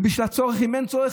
ואם אין צורך,